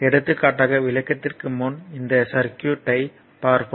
எடுத்துக்காட்டாக விளக்கத்திற்கு முன் இந்த சர்க்யூட் ஐப் பார்ப்போம்